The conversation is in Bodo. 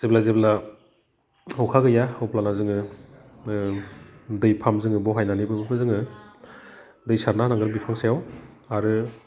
जेब्ला जेब्ला अखा गैया अब्लाना जोङो दै पाम्प जोङो बहायनानैबाबो जोङो दै सारना होनांगोन बिफां सायाव आरो